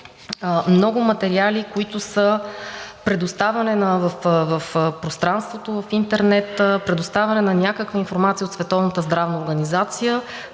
много материали, които са предоставяни в пространството, в интернет, предоставяне на някаква информация от Световната здравна организация,